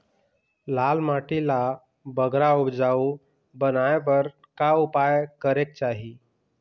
लाल माटी ला बगरा उपजाऊ बनाए बर का उपाय करेक चाही?